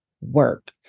work